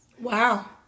Wow